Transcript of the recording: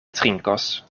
trinkos